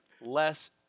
less